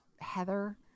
Heather